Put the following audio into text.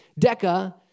deca